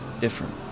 different